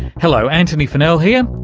hello, antony funnell here,